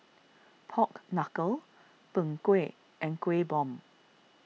Pork Knuckle Png Kueh and Kueh Bom